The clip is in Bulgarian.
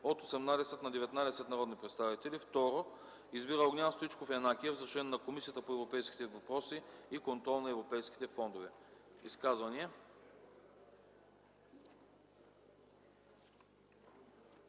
от 18 на 19 народни представители. 2. Избира Огнян Стоичков Янакиев за член на Комисията по европейските въпроси и контрол на европейските фондове.” Изказвания?